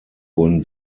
wurden